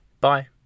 bye